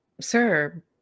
Sir